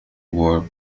war